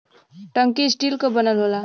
टंकी स्टील क बनल होला